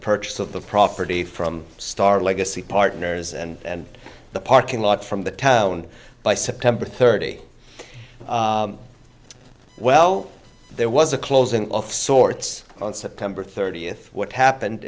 purchase of the property from star legacy partners and the parking lot from the town by september thirty well there was a closing off sorts on september thirtieth what happened